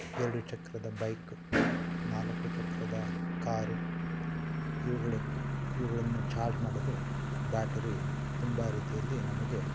ಎರಡು ಚಕ್ರದ ಬೈಕ್ ನಾಲ್ಕು ಚಕ್ರದ ಕಾರು ಇವುಗಳು ಇವುಗಳನ್ನು ಚಾರ್ಜ್ ಮಾಡಲು ಬ್ಯಾಟರಿ ತುಂಬ ರೀತಿಯಲ್ಲಿ ನಮಗೆ